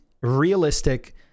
realistic